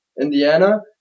Indiana